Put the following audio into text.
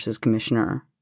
Commissioner